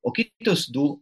o kitus du